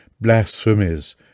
blasphemies